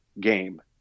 game